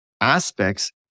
aspects